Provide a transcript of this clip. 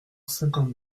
cinquante